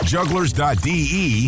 Jugglers.de